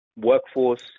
workforce